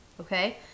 Okay